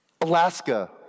Alaska